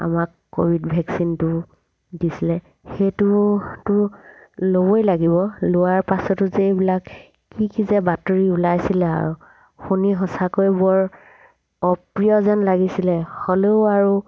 আমাক ক'ভিড ভেকচিনটো দিছিলে সেইটোতো ল'বই লাগিব লোৱাৰ পাছতো যে এইবিলাক কি কি যে বাতৰি ওলাইছিলে আৰু শুনি সঁচাকৈ বৰ অপ্ৰিয় যেন লাগিছিলে হ'লেও আৰু